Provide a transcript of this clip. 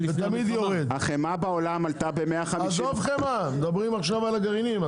עזוב את החמאה, מדברים עכשיו על גרעינים.